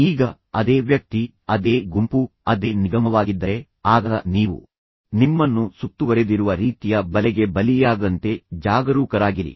ಈಗ ಅದೇ ವ್ಯಕ್ತಿ ಅದೇ ಗುಂಪು ಅದೇ ನಿಗಮವಾಗಿದ್ದರೆ ಆಗ ನೀವು ನಿಮ್ಮನ್ನು ಸುತ್ತುವರೆದಿರುವ ರೀತಿಯ ಬಲೆಗೆ ಬಲಿಯಾಗದಂತೆ ಜಾಗರೂಕರಾಗಿರಿ